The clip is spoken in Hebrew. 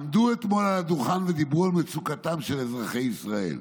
עמדו אתמול על הדוכן ודיברו על מצוקתם של אזרחי ישראל.